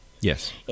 Yes